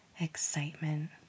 excitement